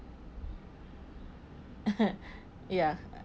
ya